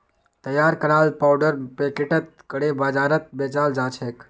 तैयार कराल पाउडर पैकेटत करे बाजारत बेचाल जाछेक